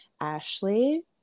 Ashley